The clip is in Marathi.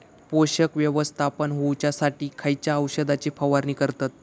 पोषक व्यवस्थापन होऊच्यासाठी खयच्या औषधाची फवारणी करतत?